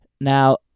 Now